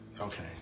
Okay